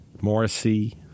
Morrissey